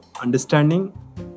understanding